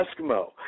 Eskimo